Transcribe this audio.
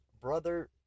Brother